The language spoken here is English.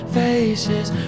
faces